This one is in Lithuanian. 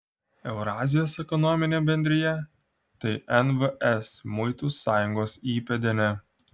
eurazijos ekonominė bendrija tai nvs muitų sąjungos įpėdinė